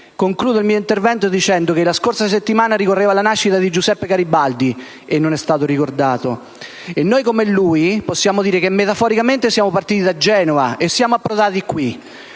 Concludo il mio intervento dicendo che la scorsa settimana ricorreva l'anniversario della nascita di Giuseppe Garibaldi (e non è stato ricordato). Noi, come lui, possiamo dire che, metaforicamente, siamo partiti da Genova e siamo approdati qui.